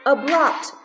Abrupt